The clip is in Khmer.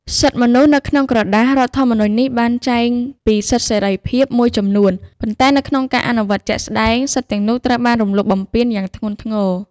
សិទ្ធិមនុស្សនៅក្នុងក្រដាស រដ្ឋធម្មនុញ្ញនេះបានចែងពីសិទ្ធិសេរីភាពមួយចំនួន ប៉ុន្តែនៅក្នុងការអនុវត្តជាក់ស្ដែង សិទ្ធិទាំងនោះត្រូវបាន រំលោភបំពានយ៉ាងធ្ងន់ធ្ងរ។